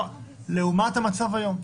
לעומת המצב היום.